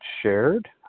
shared